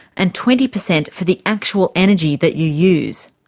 and twenty percent for the actual energy that you use.